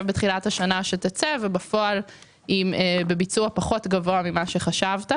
בתחילת השנה שתצא ובפועל היא בביצוע גבוה פחות ממה שחשבת.